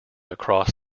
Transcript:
across